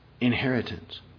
inheritance